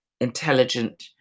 intelligent